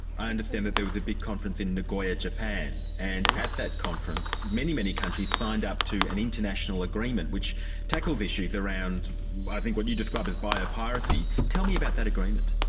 i understand that there was a big conference in nagoya, japan, and at that conference, many, many countries signed up to an international agreement which tackles issues around i think what you described as bio-piracy. tell me about that agreement.